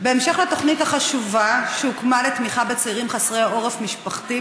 בהמשך לתוכנית החשובה שהוקמה לתמיכה בצעירים חסרי עורף-משפחתי,